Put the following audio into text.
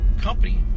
company